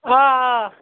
آ آ